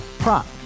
Prop